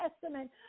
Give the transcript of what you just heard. testament